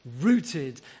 Rooted